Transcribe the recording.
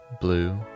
blue